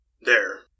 There